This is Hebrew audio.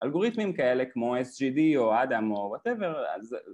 אלגוריתמים כאלה כמו SGD או אדם או וואטאבר